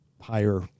higher